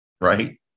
Right